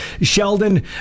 Sheldon